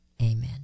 Amen